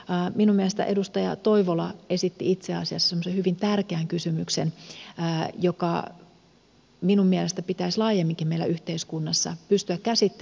minun mielestäni edustaja toivola esitti itse asiassa semmoisen hyvin tärkeän kysymyksen joka minun mielestäni pitäisi laajemminkin meillä yhteiskunnassa pystyä käsittelemään